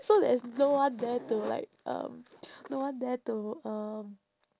so there is no one there to like um no one there to um